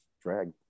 drag